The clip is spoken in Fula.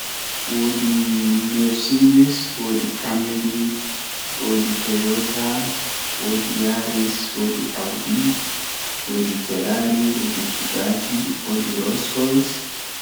Woodi Mercedis, woodi camry, woodi toyota, woodi yaris, woodi audi, woodi ferari, woodi bugatti, woodi roce royce.